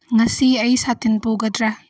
ꯉꯁꯤ ꯑꯩ ꯁꯥꯇꯤꯟ ꯄꯨꯒꯗ꯭ꯔ